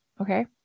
okay